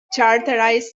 characterize